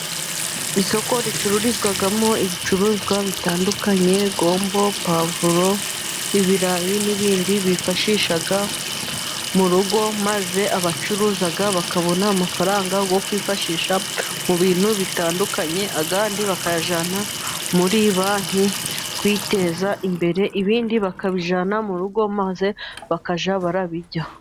Isoko ricururizwamo ibicuruzwa bitandukanye, gombo, puwavuro, ibirayi n'ibindi bifashisha mu rugo, maze abacuruza bakabona amafaranga yo kwifashisha mu bintu bitandukanye, ayandi bakayajyana muri banki kwiteza imbere, ibindi bakabijyana mu rugo maze bakajya babirya.